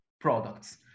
products